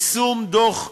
יישום דוח אלאלוף,